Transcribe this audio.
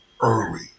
early